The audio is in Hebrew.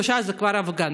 יותר משלושה זה כבר הפגנה,